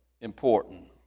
important